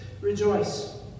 rejoice